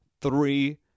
three